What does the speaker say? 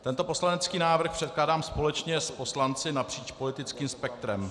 Tento poslanecký návrh předkládám společně s poslanci napříč politickým spektrem.